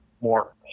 more